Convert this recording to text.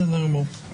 בסדר.